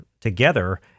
together